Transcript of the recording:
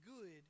good